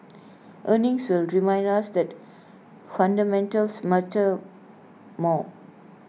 earnings will remind us that fundamentals matter more